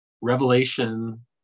revelation